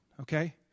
Okay